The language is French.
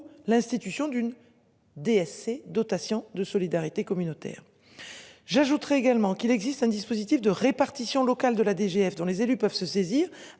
l'institution d'une DSC dotation de solidarité communautaire. J'ajouterais également qu'il existe un dispositif de répartition locale de la DGF dont les élus peuvent se saisir